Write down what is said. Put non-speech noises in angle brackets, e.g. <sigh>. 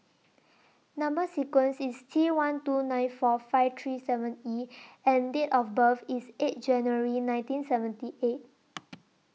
Number sequence IS T one two nine four five three seven E and Date of birth IS eight January nineteen seventy eight <noise>